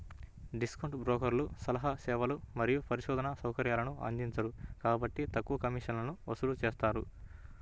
discount బ్రోకర్లు సలహా సేవలు మరియు పరిశోధనా సౌకర్యాలను అందించరు కాబట్టి తక్కువ కమిషన్లను వసూలు చేస్తారు